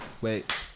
wait